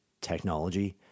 technology